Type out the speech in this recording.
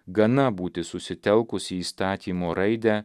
gana būti susitelkus į įstatymo raidę